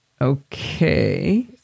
Okay